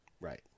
right